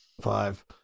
Five